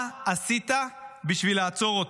מה עשית בשביל לעצור אותו?